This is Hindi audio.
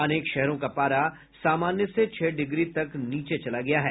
अनेक शहरों का पारा सामान्य से छह डिग्री तक नीचे चला गया है